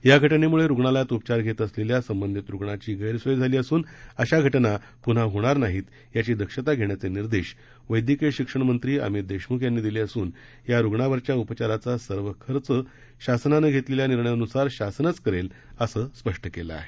या घटनेमुळे रुग्णालयात उपचार घेत असलेल्या संबंधित रुग्णाची गैरसोय झाली असून अशा घटना पुन्हा घडणार नाहीत याची दक्षता घेण्याचे निर्देश वैद्यकीय शिक्षण मंत्री अमित देशमुख यांनी दिले असून या रुग्णावरील उपचाराचा सर्व खर्च शासनानं घेतलेल्या निर्णयानुसार शासनामार्फतच करण्यात येईल असं स्पष्टं केलं आहे